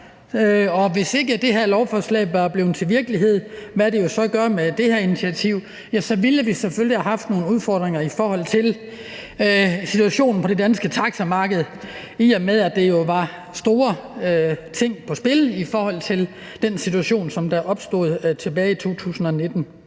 hvad det jo så gør med det her initiativ, så ville vi selvfølgelig have haft nogle udfordringer i forhold til situationen på det danske taxamarked, i og med at der jo var store ting på spil i forhold til den situation, der opstod tilbage i 2019.